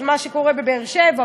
על מה שקורה בבאר-שבע,